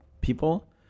people